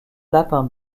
lapin